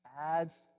adds